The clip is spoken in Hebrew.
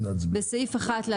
בסעיף 1 להצעת החוק,